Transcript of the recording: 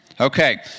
Okay